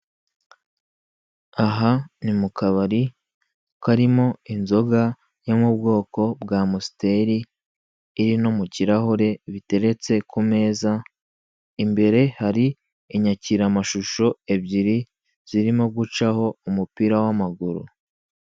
Aha ni mu kabari karimo inzoga yo mubwoka bwa musiteri iri no mu kirahuri biteretse ku meza imbere hari inyakiramashuho ebyiri zirimo gucaho umupira w'amaguru.